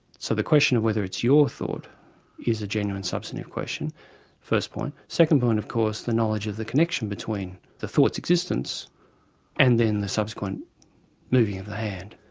so the question of whether it's your thought is a genuine substantive question first point. second point of course, the knowledge of the connection between the thought's existence and then the subsequent moving of the hand.